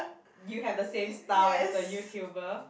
you have the same style as the YouTuber